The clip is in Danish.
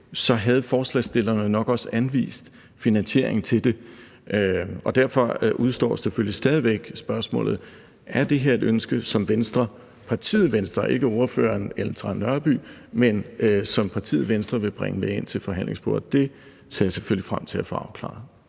så havde forslagsstillerne nok også anvist finansieringen til det. Derfor udestår selvfølgelig stadig væk spørgsmålet: Er det her et ønske, som partiet Venstre – ikke ordføreren Ellen Trane Nørby – vil bringe med ind til forhandlingsbordet? Det ser jeg selvfølgelig frem til at få afklaret.